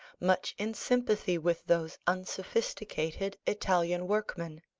much in sympathy with those unsophisticated italian workmen.